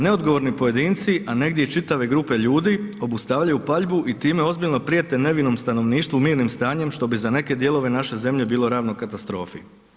Neodgovorni pojedinci a negdje i čitave grupe ljudi, obustavljaju paljbu i time ozbiljno prijete nevinom stanovništvu mirnim stanjem što bi za neke dijelove naše zemlje bilo ravno katastrofi.